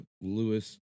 Lewis